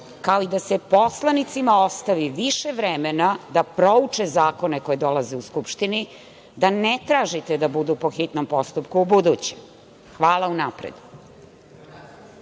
kao i da se poslanicima ostavi više vremena da prouče zakone koji dolaze u Skupštinu, da ne tražite da budu po hitnom postupku ubuduće. Hvala unapred.